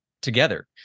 together